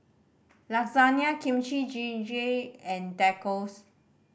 Lasagna Kimchi Jjigae and Tacos